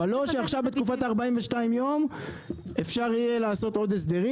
אבל לא שעכשיו בתקופת 42 הימים אפשר יהיה לעשות עוד הסדרים